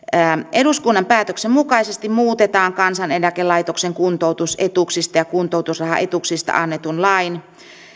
eduskunnan päätöksen mukaisesti muutetaan kansaneläkelaitoksen kuntoutusetuuksista ja kuntoutusrahaetuuksista annetun lain